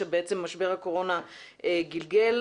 שמשבר הקורונה גלגל.